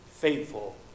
faithful